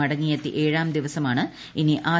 മടങ്ങിയെത്തി ഏഴാം ദിവസമാണ് ഇനി ആർ